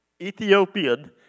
Ethiopian